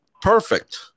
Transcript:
perfect